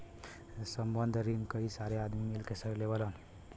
संबंद्ध रिन कई सारे आदमी मिल के लेवलन